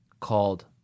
called